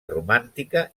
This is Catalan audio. romàntica